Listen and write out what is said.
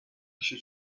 kişi